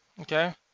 Okay